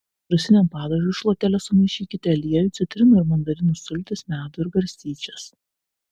citrusiniam padažui šluotele sumaišykite aliejų citrinų ir mandarinų sultis medų ir garstyčias